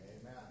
Amen